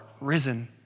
risen